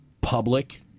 public